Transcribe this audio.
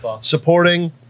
Supporting